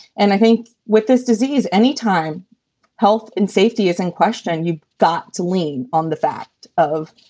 and i think with this disease, anytime health and safety is in question, you've got to lean on the fact of,